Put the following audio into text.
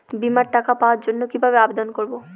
বিমার টাকা পাওয়ার জন্য কিভাবে আবেদন করব?